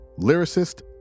lyricist